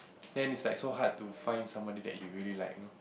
then it's like so hard to find someone that you really like you know